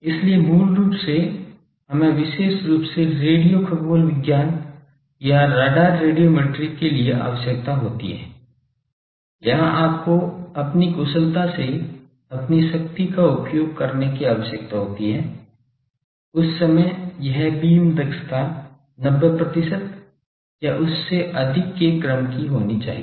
इसलिए मूल रूप से हमें विशेष रूप से रेडियो खगोल विज्ञान या राडार रेडियोमेट्री के लिए आवश्यकता होती है जहां आपको अपनी कुशलता से अपनी शक्ति का उपयोग करने की आवश्यकता होती है उस समय यह बीम दक्षता 90 प्रतिशत या उससे अधिक के क्रम की होनी चाहिए